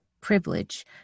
privilege